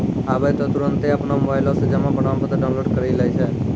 आबै त तुरन्ते अपनो मोबाइलो से जमा प्रमाणपत्र डाउनलोड करि लै छै